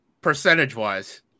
percentage-wise